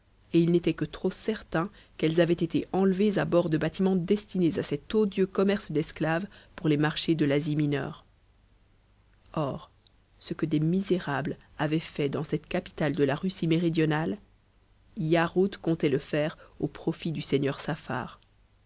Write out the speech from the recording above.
et il n'était que trop certain qu'elles avaient été enlevées à bord de bâtiments destinés à cet odieux commerce d'esclaves pour les marchés de l'asie mineure or ce que des misérables avaient fait dans cette capitale de la russie méridionale yarhud comptait le refaire au profit du seigneur saffar